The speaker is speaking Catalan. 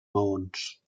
maons